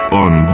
on